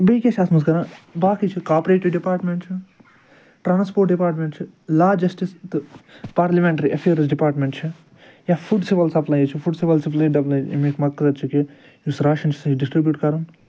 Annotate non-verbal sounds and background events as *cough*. بیٚیہِ کیٛاہ چھِ اتھ منٛز کَران باقٕے چھُ کاپریٚٹِو ڈِپارٹمٮ۪نٛٹ چھُ ٹرٛانسپوٹ ڈِپارٹمٮ۪نٛٹ چھُ لاجسٹٕس تہٕ پارلمینٛٹری ایفیٲرٕز ڈِپارٹمٮ۪نٛٹ چھُ یا فُڈ سیول سَپلایِز چھُ فُڈ سیول سپلایز *unintelligible* اَمِکۍ مقصد چھُ کہِ یُس راشن چھُ سُہ چھُ ڈِسٹرٛبیٛوٗٹ کَرُن